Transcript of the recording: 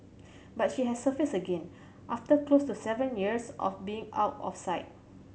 but she has surfaced again after close to seven years of being out of sight